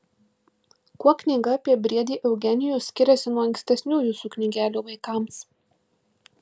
kuo knyga apie briedį eugenijų skiriasi nuo ankstesnių jūsų knygelių vaikams